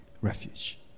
refuge